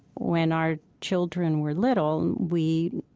when our children were little, we,